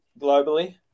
globally